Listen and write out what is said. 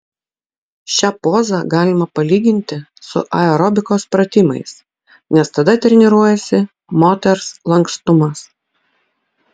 šią pozą galima palyginti su aerobikos pratimais nes tada treniruojasi moters lankstumas